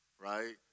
right